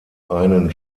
einen